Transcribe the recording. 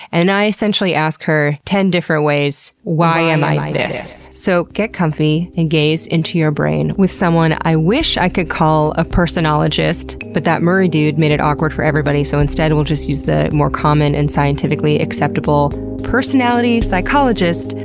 and i essentially asked her ten different ways, why am i this? so get comfy, and gaze into your brain with someone i wish i could call a personologist, but that murray dude made it awkward for everybody so instead we'll just use the more common and scientifically acceptable personality psychologist,